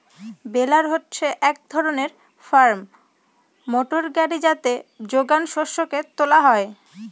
বেলার হচ্ছে এক ধরনের ফার্ম মোটর গাড়ি যাতে যোগান শস্যকে তোলা হয়